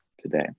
today